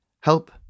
help